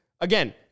Again